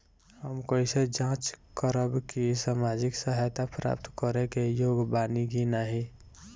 हम कइसे जांच करब कि सामाजिक सहायता प्राप्त करे के योग्य बानी की नाहीं?